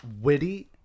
witty